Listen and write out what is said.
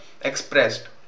expressed